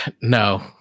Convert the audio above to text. No